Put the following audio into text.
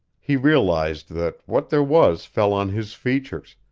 he realized that what there was fell on his features,